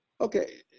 Okay